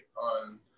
on